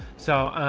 so,